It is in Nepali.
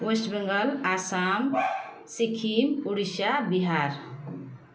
वेस्ट बेङ्गल असम सिक्किम उडिसा बिहार